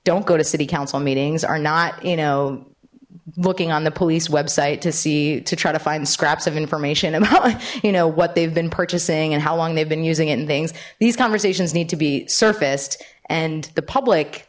don't go to city council meetings are not you know looking on the police website to see to try to find scraps of information about you know what they've been purchasing and how long they've been using it in things these conversations need to be surfaced and the public